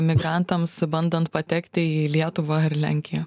migrantams bandant patekti į lietuvą ar į lenkiją